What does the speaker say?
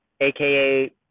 aka